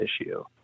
issue